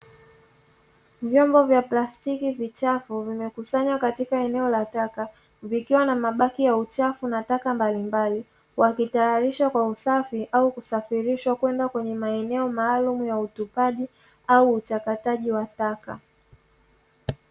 Vyombo vya plastiki vichafu vimekusanywa katika eneo la taka vikiwa na mabaki ya uchafu na taka mbalimbali, wakitayarisha kwa usafi au kusafirisha kwenda kwenye maeneo maalumu ya utupaji au uchakataji wa taka.